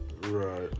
Right